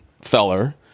Feller